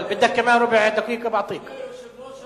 אדוני היושב-ראש,